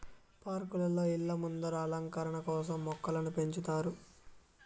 పార్కులలో, ఇళ్ళ ముందర అలంకరణ కోసం మొక్కలను పెంచుతారు